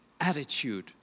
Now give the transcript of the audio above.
attitude